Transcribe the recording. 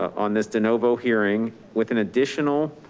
on this denovo hearing with an additional,